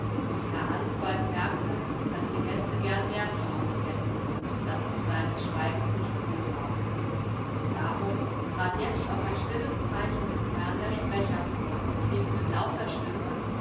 und herr answald merkte daß die gäste gern mehr vernommen hätten und daß sie seines schweigens nicht froh waren darum trat jetzt auf ein stilles zeichen des herrn der sprecher vor und rief mit lauter stimme